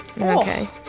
Okay